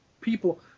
people